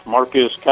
Marcus